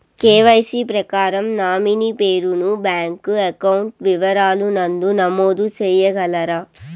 KYC ప్రకారం nominee పేరు ను బ్యాంకు అకౌంట్ వివరాల నందు నమోదు సేయగలరా?